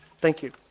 thank you.